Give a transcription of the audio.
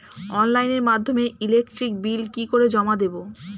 অনলাইনের মাধ্যমে electric bill কি করে জমা দেবো?